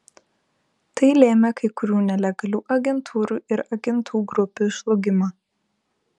tai lėmė kai kurių nelegalių agentūrų ir agentų grupių žlugimą